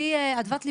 על-פי אדוות ליבו,